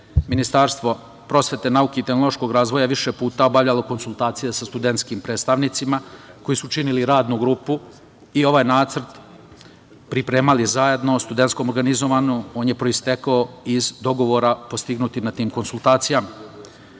Ministarstvo prosvete, nauke i tehnološkog razvoja više puta je obavljalo konsultacije sa studentskim predstavnicima koji su činili radnu grupu i ovaj nacrt pripremali zajedno o studentskom organizovanju. On je proistekao iz dogovora postignutih na tim konsultacijama. Pre